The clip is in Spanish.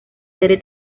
serie